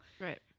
Right